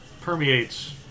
permeates